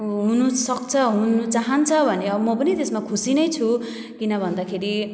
हुनुसक्छ हुनु चाहन्छ भने अब म पनि त्यसमा खुसी नै छु किन भन्दाखेरि